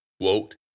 Quote